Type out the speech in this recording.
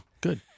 Good